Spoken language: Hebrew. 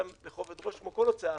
כמו כל הוצאה,